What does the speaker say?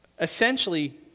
Essentially